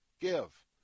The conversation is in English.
give